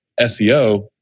SEO